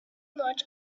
march